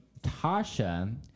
Tasha